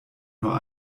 nur